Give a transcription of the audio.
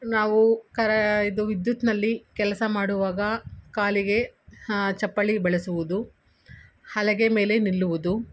ನಾವು ಕರ ಇದು ವಿದ್ಯುತ್ನಲ್ಲಿ ಕೆಲಸ ಮಾಡುವಾಗ ಕಾಲಿಗೆ ಚಪ್ಪಲಿ ಬಳಸುವುದು ಹಲಗೆ ಮೇಲೆ ನಿಲ್ಲುವುದು